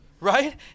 right